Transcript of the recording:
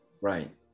Right